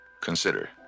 Consider